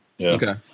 Okay